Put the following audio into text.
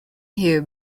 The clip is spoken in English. hugh